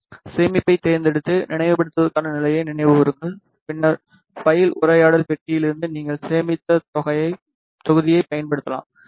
சேமிப்பதைத் தேர்ந்தெடுத்து நினைவுபடுத்துவதற்காக நிலையை நினைவுகூருங்கள் பின்னர் பைல் உரையாடல் பெட்டியிலிருந்து நீங்கள் சேமித்த தொகுதியைப் பயன்படுத்தலாம் சரி